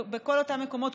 בכל אותם מקומות,